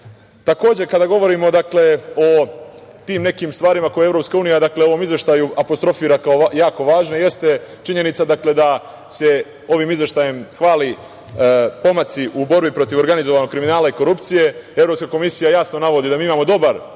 izglasati. Kada govorimo o tim nekim stvarima koje EU u ovom izveštaju apostrofira kao jako važne jeste činjenica da se ovim izveštajem hvale pomaci u borbi protiv organizovanog kriminala i korupcije. Evropska komisija jasno navodi da mi imamo dobar